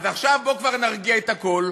אז עכשיו בוא כבר נרגיע את הכול,